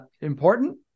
important